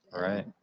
right